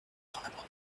l’amendement